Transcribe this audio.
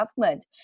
government